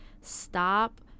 stop